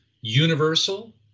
universal